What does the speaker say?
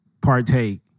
partake